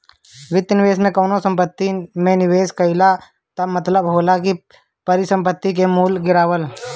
वित्त में कवनो संपत्ति में निवेश कईला कअ मतलब होला परिसंपत्ति के मूल्य गिरावल